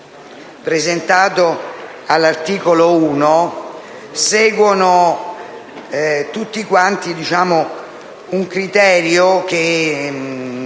presentato all'articolo 1 seguono tutti quanti un criterio che